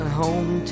home